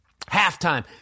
Halftime